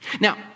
Now